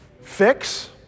fix